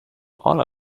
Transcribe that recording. all